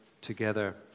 together